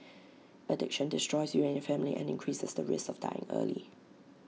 addiction destroys you and your family and increases the risk of dying early